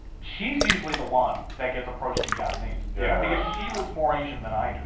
she's usually the one that gets approached in japanese yeah because she looks more asian than i do.